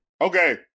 Okay